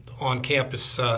on-campus